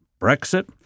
Brexit